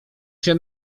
się